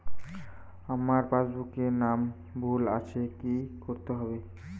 আমার পাসবুকে নাম ভুল আছে কি করতে হবে?